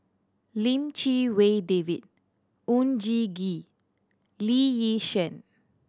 Lim Chee Wai David Oon Jin Gee Lee Yi Shyan